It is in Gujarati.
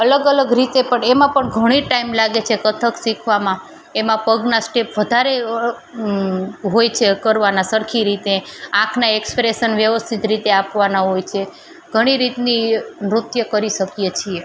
અલગ અલગ રીતે પણ એમાં પણ ઘણી ટાઈમ લાગે છે કથક શીખવામાં એમાં પગના સ્ટેપ વધારે હોય છે કરવાના સરખી રીતે આંખના એક્સ્પ્રેસન વ્યવસ્થિત રીતે આપવાના હોય છે ઘણી રીતની નૃત્ય કરી શકીએ છીએ